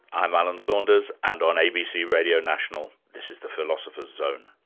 i'm alan saunders and on abc radio national this is the philosopher's zone.